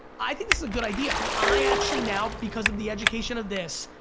i think this is a good idea. i actually now because of the education of this,